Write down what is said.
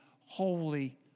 Holy